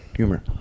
Humor